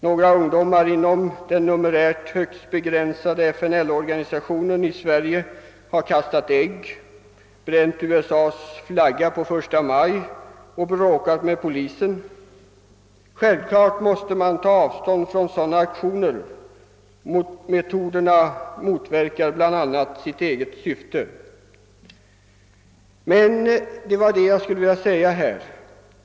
Några ungdomar inom den numerärt högst begränsade FNL-organisationen i Sverige har kastat ägg, bränt USA:s flagga den 1 maj och bråkat med polisen. Självklart måste man ta avstånd från sådana aktioner. Metoderna motverkar bl.a. sitt eget syfte.